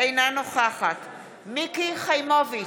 אינה נוכחת מיקי חיימוביץ'